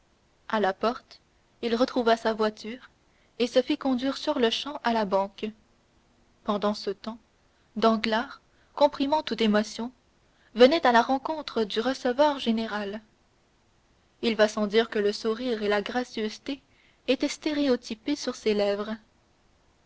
à la porte il retrouva sa voiture et se fit conduire sur-le-champ à la banque pendant ce temps danglars comprimant toute émotion venait à la rencontre du receveur général il va sans dire que le sourire et la gracieuseté étaient stéréotypés sur ses lèvres